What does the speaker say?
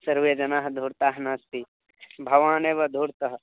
सर्वे जनाः धूर्ताः नास्ति भवानेव धूर्तः